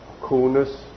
coolness